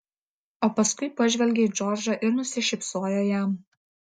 o paskui pažvelgė į džordžą ir nusišypsojo jam